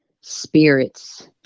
spirits